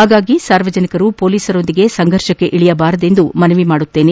ಹಾಗಾಗಿ ಸಾರ್ವಜನಿಕರು ಪೊಲೀಸರೊಂದಿಗೆ ಸಂಫರ್ಷಕ್ಕೆ ಇಳಿಯಬಾರದೆಂದು ಮನವಿ ಮಾಡುತ್ತೇನೆ